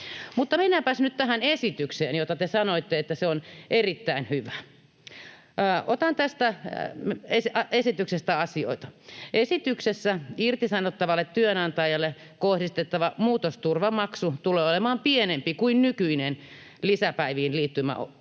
mennäänpäs nyt tähän esitykseen, josta te sanoitte, että se on erittäin hyvä. Otan tästä esityksestä asioita. Esityksessä irtisanottavalle työnantajalle kohdistettava muutosturvamaksu tulee olemaan pienempi kuin nykyinen lisäpäiviin liittyvä